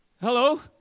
Hello